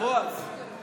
בועז,